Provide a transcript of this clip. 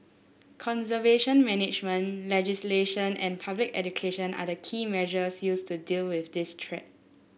conservation management legislation and public education are the key measures used to deal with this threat